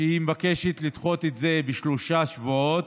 היא מבקשת לדחות את זה בשלושה שבועות.